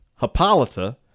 Hippolyta